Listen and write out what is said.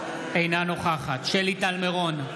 אינה נוכחת שלי טל מירון,